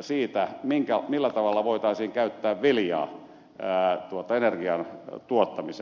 siitä millä tavalla voitaisiin käyttää viljaa energian tuottamiseen